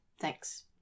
Thanks